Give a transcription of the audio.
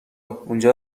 اونجا